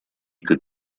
could